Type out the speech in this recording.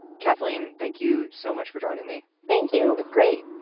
kathleen, thank you so much for joining me. thank you. it was great